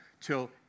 till